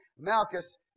Malchus